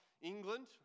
England